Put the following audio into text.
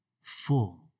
full